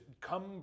come